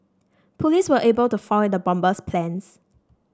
police were able to foil the bomber's plans